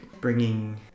Bringing